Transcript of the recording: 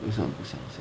为什么不相信